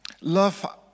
Love